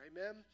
amen